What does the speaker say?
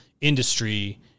industry